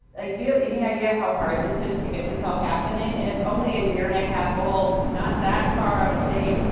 ah you have any idea how hard this is to get this all happening? and it's only a year and a half old. it's not that far out of date.